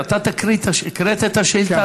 הקראת את השאילתה?